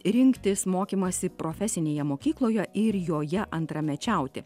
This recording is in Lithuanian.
rinktis mokymąsi profesinėje mokykloje ir joje antramečiauti